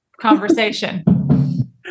conversation